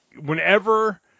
whenever